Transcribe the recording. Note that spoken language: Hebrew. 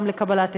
גם לקבלת הפטר.